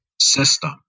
system